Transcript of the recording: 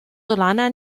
solana